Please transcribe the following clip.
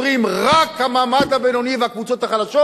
אומרים: רק המעמד הבינוני והקבוצות החלשות.